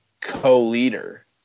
co-leader